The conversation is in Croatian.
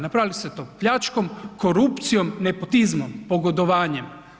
Napravili ste to pljačkom, korupcijom, nepotizmom, pogodovanjem.